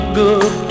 good